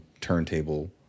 turntable